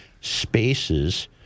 spaces